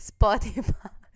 Spotify